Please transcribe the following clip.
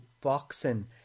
boxing